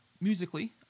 musically